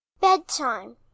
bedtime